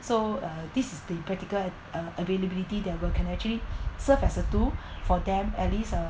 so uh this is the practical uh availability that will can actually serve as a tool for them at least uh